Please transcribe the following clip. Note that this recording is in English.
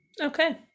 okay